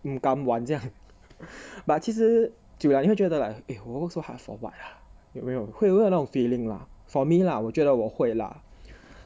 gam 完这样 but 其实久了你会觉得 like eh 我 work so hard for what 有没有会有那种 feeling lah for me lah 我觉得我会 lah